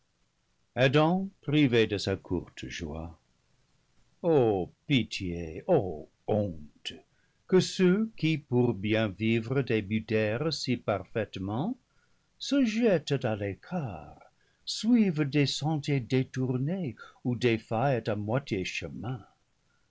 adam privé de sa courte joie o pitié ô honte que ceux qui pour bien vivre débutèrent si parfaitement se jettent à l'écart suivent des sentiers dé tournés ou défaillent à moitié chemin